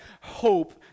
hope